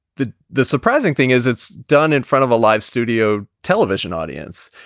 the the surprising thing is it's done in front of a live studio television audience.